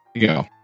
go